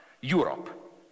Europe